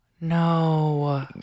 No